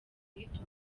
wiyita